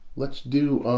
let's do